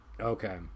Okay